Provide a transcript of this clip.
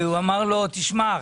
אמר לו תשמע,